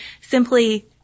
simply